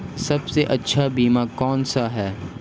सबसे अच्छा बीमा कौनसा है?